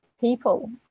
people